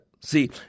See